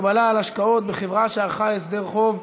(תיקון, הגבלה על השקעות בחברה שערכה הסדר חוב),